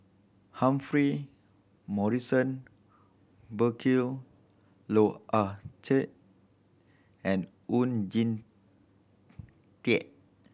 Humphrey Morrison Burkill Loh Ah Chee and Oon Jin Teik